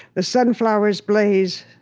the sunflowers blaze,